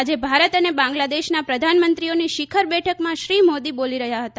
આજે ભારત અને બાંગ્લાદેશના પ્રધાનમંત્રીઓની શિખર બેઠકમાં શ્રી મોદી બોલી રહ્યા હતા